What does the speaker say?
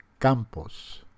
Campos